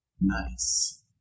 Nice